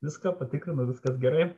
viską patikrino viskas gerai